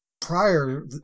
prior